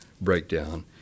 breakdown